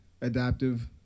Adaptive